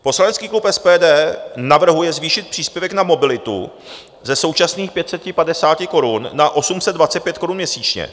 Poslanecký klub SPD navrhuje zvýšit příspěvek na mobilitu ze současných 550 korun na 825 korun měsíčně.